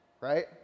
right